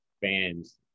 Fans